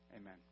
Amen